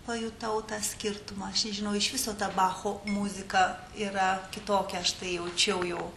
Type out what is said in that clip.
pajutau tą skirtumą aš nežinau iš viso ta bacho muzika yra kitokia aš tai jaučiau jau